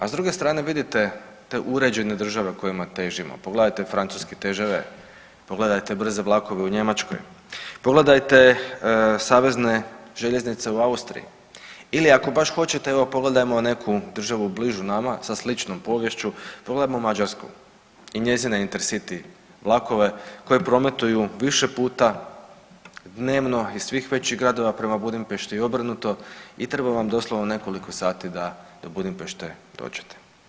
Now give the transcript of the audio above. A s druge strane vidite te uređene države kojima težimo, pogledajte francuski TGV, pogledajte brze vlakove u Njemačkoj, pogledajte savezne željeznice u Austriji ili ako baš hoćete evo pogledajmo neku državu bližu nama sa sličnom poviješću, pogledajmo Mađarsku i njezine Intercity vlakove koji prometuju više puta dnevno iz svih većih gradova prema Budimpešti i obrnuto i treba vam doslovno nekoliko sati da do Budimpešte dođete.